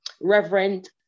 reverend